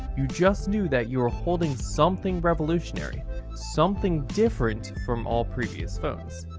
you just knew that you were holding something revolutionary something different from all previous phones.